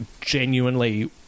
genuinely